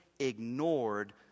ignored